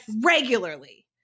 regularly